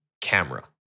camera